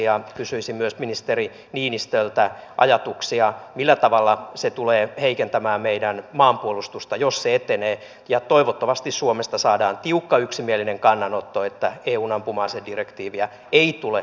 ja en myöskään pidä tällaisesta parlamentaarisesta puhetyylistä että sananlaskujen tai vanhojen satujen varjolla syytetään osaa parlamentin jäsenistä jotka ovat yhtä lailla kuin hallituspuolueen edustaja hakkarainen kansan valitsemia hölmöläisiksi